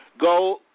go